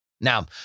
Now